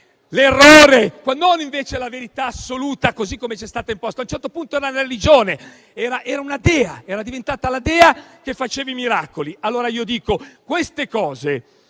migliora, ma non è la verità assoluta, così come ci è stato imposto; a un certo punto era una religione, era una dea: era diventata la dea che faceva i miracoli. Allora vogliamo cercare